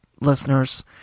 Listeners